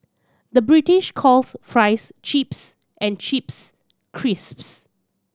the British calls fries chips and chips crisps